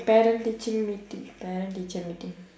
parent teacher meeting parent teacher meeting